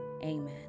amen